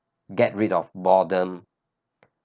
get rid of boredom